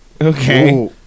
Okay